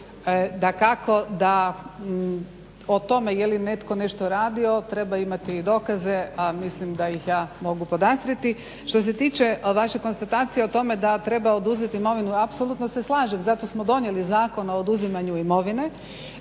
dakako da o tome je li netko nešto radio treba imati i dokaze, a mislim da ih ja mogu podastrijeti. Što se tiče vaše konstatacije o tome da treba oduzet imovinu, apsolutno se slažem. Zato smo donijeli Zakon o oduzimanju imovine